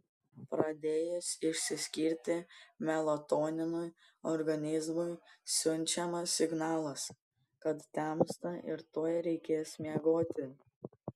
pradėjus išsiskirti melatoninui organizmui siunčiamas signalas kad temsta ir tuoj reikės miegoti